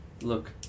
look